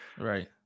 Right